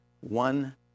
one